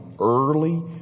early